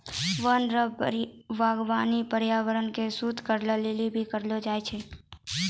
वन रो वागबानी पर्यावरण के शुद्ध करै लेली भी करलो जाय छै